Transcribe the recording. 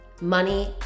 money